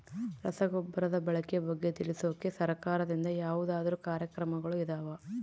ರಸಗೊಬ್ಬರದ ಬಳಕೆ ಬಗ್ಗೆ ತಿಳಿಸೊಕೆ ಸರಕಾರದಿಂದ ಯಾವದಾದ್ರು ಕಾರ್ಯಕ್ರಮಗಳು ಇದಾವ?